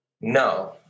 No